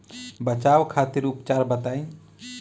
बचाव खातिर उपचार बताई?